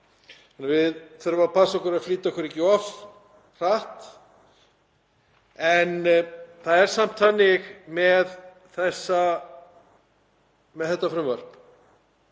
Við þurfum að passa okkur á að flýta okkur ekki of hratt. Það er samt þannig með þetta frumvarp